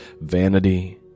vanity